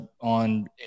on